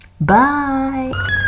bye